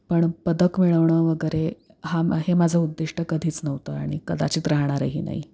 पण पदक मिळवणं वगैरे हा हे माझं उद्दिष्ट कधीच नव्हतं आणि कदाचित राहणारही नाही